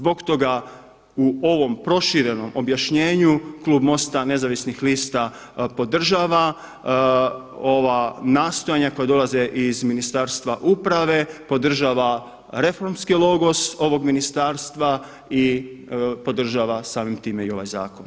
Zbog toga u ovom proširenom objašnjenju klub MOST-a nezavisnih lista podržava ova nastojanja koja dolaze iz Ministarstva uprave, podržava reformski logos ovog ministarstva i podržava samim time i ovaj zakon.